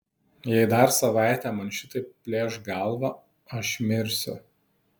jei dar savaitę man šitaip plėš galvą aš mirsiu